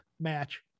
match